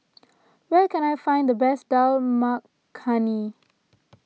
where can I find the best Dal Makhani